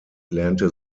lernte